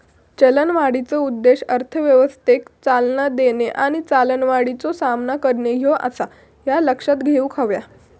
चलनवाढीचो उद्देश अर्थव्यवस्थेक चालना देणे आणि चलनवाढीचो सामना करणे ह्यो आसा, ह्या लक्षात घेऊक हव्या